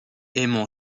aimant